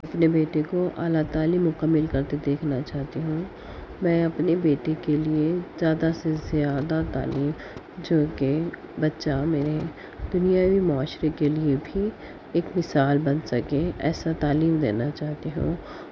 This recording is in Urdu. اپنے بیٹے کو اعلیٰ تعلیم مکمل کرتے ہوئے دیکھنا چاہتی ہوں میں اپنے بیٹے کے لئے زیادہ سے زیادہ تعلیم جو کہ بچہ میرے دنیاوی معاشرے کے لئے بھی ایک مثال بن سکے ایسا تعلیم دینا چاہتی ہوں